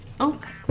Okay